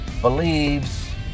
believes